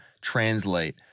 translate